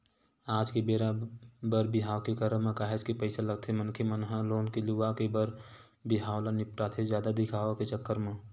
आज के बर बिहाव के करब म काहेच के पइसा लगथे मनखे मन ह लोन ले लुवा के बर बिहाव ल निपटाथे जादा दिखावा के चक्कर म